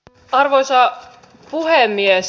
arvoisa puhemies